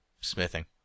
smithing